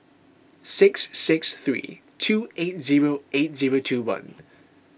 six six three two eight zero eight zero two one